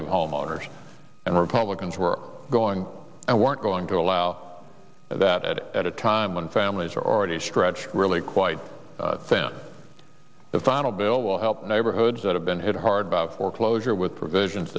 of homeowners and republicans were going and weren't going to allow that at a time when families are already stretched really quite sent the final bill will help neighborhoods that have been hit hard by foreclosure with provisions